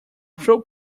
through